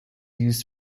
used